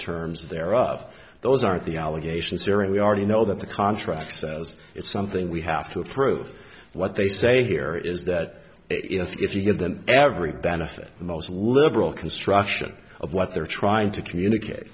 terms of their of those aren't the allegations here and we already know that the contract says it's something we have to approve what they say here is that if you give them every benefit the most liberal construction of what they're trying to communicate